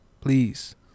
Please